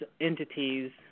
entities